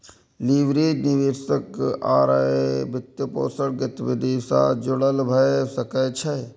leverage निवेश आ वित्तपोषण गतिविधि सं जुड़ल भए सकै छै